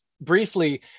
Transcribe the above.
briefly